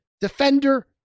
defender